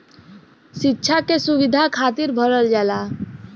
सिक्षा के सुविधा खातिर भरल जाला